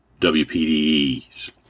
WPDE's